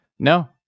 No